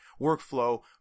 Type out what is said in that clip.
workflow